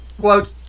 Quote